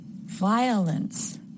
violence